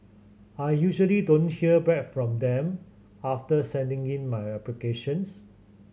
I usually don't hear back from them after sending in my applications